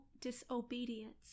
disobedience